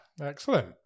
Excellent